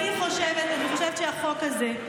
אני חושבת שהחוק הזה,